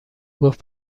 گفت